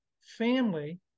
family